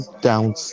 down